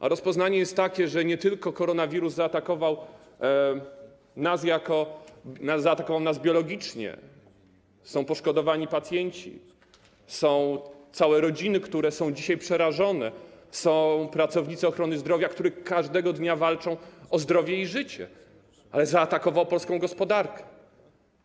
A rozpoznanie jest takie, że koronawirus zaatakował nas nie tylko biologicznie - są poszkodowani pacjenci, są całe rodziny, które są dzisiaj przerażone, są pracownicy ochrony zdrowia, którzy każdego dnia walczą o zdrowie i życie - ale także zaatakował polską gospodarkę.